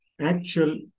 actual